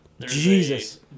Jesus